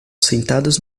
sentadas